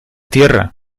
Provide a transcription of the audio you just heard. tierra